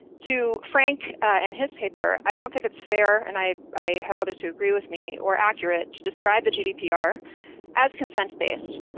to frank and his paper, paper, i don't think it's fair, and i i have others who agree with me, or accurate to describe the gdpr as consent-based.